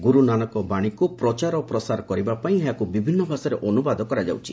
ଗୁରୁ ନାନକଙ୍କ ବାଶୀକୁ ପ୍ରଚାର ଓ ପ୍ରସାର କରିବା ପାଇଁ ଏହାକୁ ବିଭିନ୍ନ ଭାଷାରେ ଅନୁବାଦ କରାଯାଉଛି